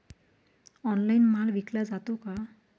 Online माल विकला जातो का?